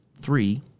Three